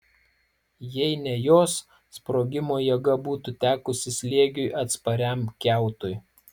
jei ne jos sprogimo jėga būtų tekusi slėgiui atspariam kiautui